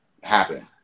happen